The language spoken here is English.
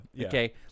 okay